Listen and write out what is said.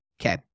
Okay